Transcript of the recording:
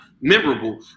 memorable